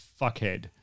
fuckhead